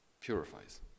purifies